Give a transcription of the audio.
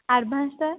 ଆଡ଼୍ଭାନ୍ସ୍ଟା